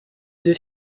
deux